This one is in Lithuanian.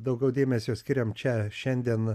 daugiau dėmesio skiriam čia šiandien